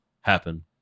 happen